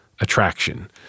attraction